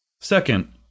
Second